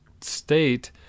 state